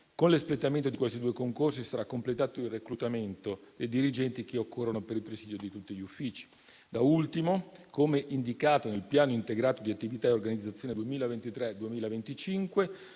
Con l'espletamento di questi due concorsi sarà completato il reclutamento dei dirigenti che occorrono per il presidio di tutti gli uffici. Da ultimo, come indicato nel piano integrato di attività e organizzazione 2023-2025,